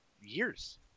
years